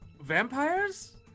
Vampires